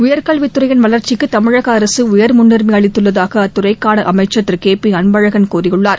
உயர்கல்வித் துறையின் வளர்ச்சிக்கு தமிழக அரசு உயர் முன்னுரிமை அளித்துள்ளதாக அத்துறைக்கான அமைச்சர் திரு கே பி அன்பழகன் கூறியுள்ளார்